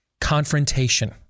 Confrontation